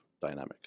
dynamic